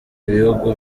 bihugu